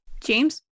James